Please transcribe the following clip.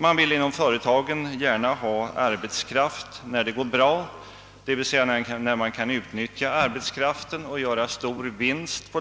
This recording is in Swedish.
Man vill inom företagen gärna ha arbetskraft när det går bra, d.v.s. när man kan utnyttja den för att göra sig stor vinst,